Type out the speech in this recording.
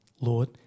Lord